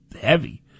heavy